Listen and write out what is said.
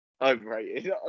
Overrated